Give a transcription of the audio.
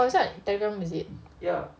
oh is that on telegram is it